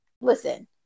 listen